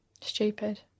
stupid